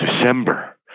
December